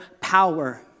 power